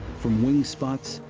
from wing spots,